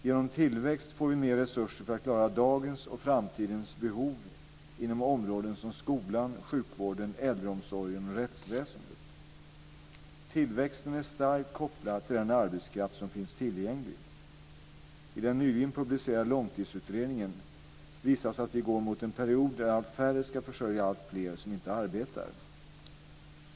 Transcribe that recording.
Genom tillväxt får vi mer resurser för att klara dagens och framtidens behov inom områden som skolan, sjukvården, äldreomsorgen och rättsväsendet. Tillväxten är starkt kopplad till den arbetskraft som finns tillgänglig. I den nyligen publicerade Långtidsutredningen visas att vi går mot en period där allt färre ska försörja alltfler som inte arbetar.